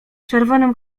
czerwonym